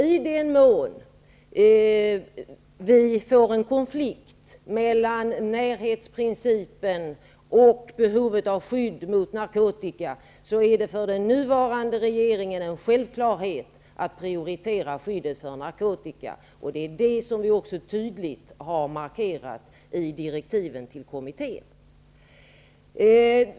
I den mån det blir en konflikt mellan närhetsprincipen och behovet av skydd mot narkotika är det för den nuvarande regeringen en självklarhet att prioritera skyddet mot narkotika. Det är också det som vi tydligt har markerat i direktiven till kommittén.